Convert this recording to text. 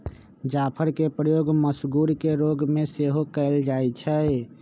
जाफरके प्रयोग मसगुर के रोग में सेहो कयल जाइ छइ